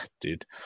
Dude